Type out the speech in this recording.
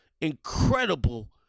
incredible